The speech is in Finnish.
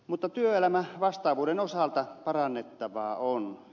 mutta työelämävastaavuuden osalta parannettavaa on